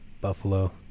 Buffalo